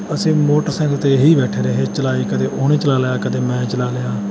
ਅਸੀਂ motorcycle 'ਤੇ ਹੀ ਬੈਠੇ ਰਹੇ ਚਲਾਈ ਕਦੇ ਉਹਨੇ ਚਲਾ ਲਿਆ ਕਦੇ ਮੈਂ ਚਲਾ ਲਿਆ